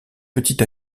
petit